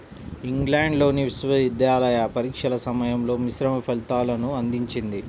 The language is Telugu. ఇంగ్లాండ్లోని విశ్వవిద్యాలయ పరీక్షల సమయంలో మిశ్రమ ఫలితాలను అందించింది